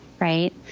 right